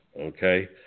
Okay